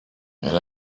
and